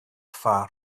far